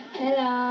hello